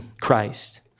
Christ